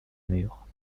mur